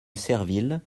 serville